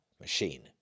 machine